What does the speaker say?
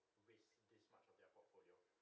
the risk this much of their portfolio